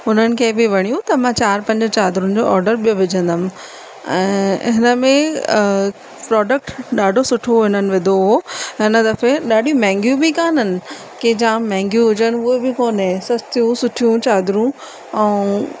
हुननि खे बि वणियूं त मां चारि पंज चादरुनि जो ऑडर ॿियों विझंदमि ऐं हिन में प्रोडक्ट ॾाढो सुठो इन्हनि विधो हो हिन दफ़े ॾाढी महांगियूं बि कोन्हनि के जाम महांगियूं हुजनि उहे बि कोन्हे सस्तियूं सुठियूं चादरूं ऐं